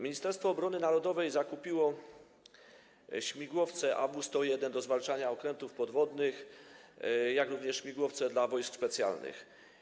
Ministerstwo Obrony Narodowej zakupiło śmigłowce AW101 do zwalczania okrętów podwodnych, jak również śmigłowce dla wojsk specjalnych.